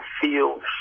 feel